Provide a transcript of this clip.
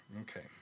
Okay